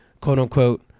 quote-unquote